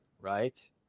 Right